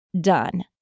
done